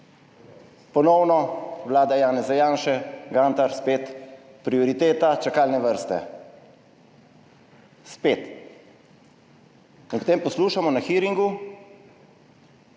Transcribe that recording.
Ponovno Vlada Janeza Janše, Gantar spet, prioriteta čakalne vrste. Spet. In potem poslušamo na hearingu,